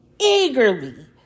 Eagerly